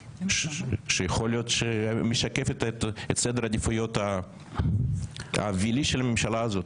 שיכול להיות שמשקפת את סדר העדיפויות האווילי של הממשלה הזאת.